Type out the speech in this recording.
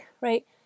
right